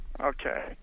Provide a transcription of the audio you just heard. Okay